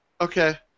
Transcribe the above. Okay